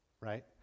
right